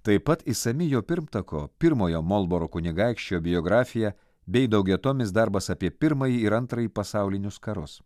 taip pat išsami jo pirmtako pirmojo molboro kunigaikščio biografija bei daugiatomis darbas apie pirmąjį ir antrąjį pasaulinius karus